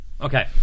Okay